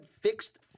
fixed